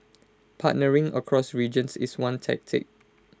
partnering across regions is one tactic